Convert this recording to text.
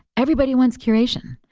everybody wants curation,